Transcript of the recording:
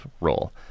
role